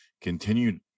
Continued